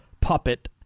puppet